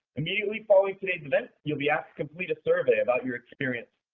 immediately following today's event, you'll be asked to complete a survey about your experience.